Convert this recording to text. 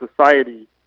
society